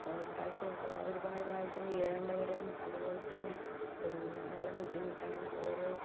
ഒരുപ്രാവശ്യം ഒരുപാടു പ്രാവശ്യം വീഴേണ്ടി വരും അതുപോലെത്തന്നെ പിന്നെ നല്ല ബുദ്ധിമുട്ടാണ് ഓരോ